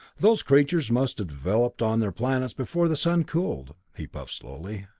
those creatures must have developed on their planets before the sun cooled. he puffed slowly.